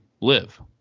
live